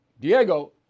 Diego